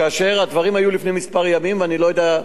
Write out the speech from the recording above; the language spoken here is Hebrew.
כאשר הדברים היו לפני כמה ימים, ואני לא יודע.